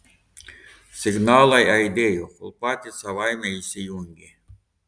signalai aidėjo kol patys savaime išsijungė